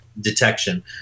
detection